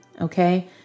Okay